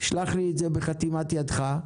שלח לי את זה בחתימת ידך,